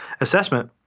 Assessment